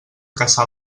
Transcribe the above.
cassà